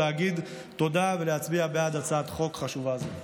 להגיד תודה ולהצביע בעד הצעת חוק חשובה זו.